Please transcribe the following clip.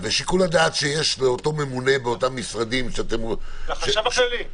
ושיקול הדעת שיש לאותו ממונה באותם משרדים -- זה החשב הכללי.